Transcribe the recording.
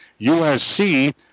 USC